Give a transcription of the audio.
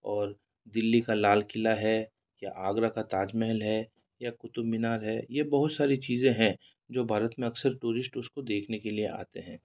और दिल्ली का लाल क़िला है या आगरा का ताज महल है या कुतुब मीनार है यह बहुत सारी चीज़ें हैं जो भारत में अक्सर टूरिस्ट उसको देखने के लिए आते हैं